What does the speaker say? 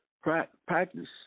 practice